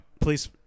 Please